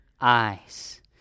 eyes